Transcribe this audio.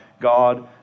God